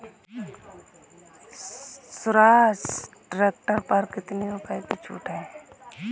Swaraj tractor पर कितनी रुपये की छूट है?